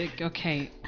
Okay